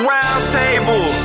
Roundtable